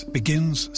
begins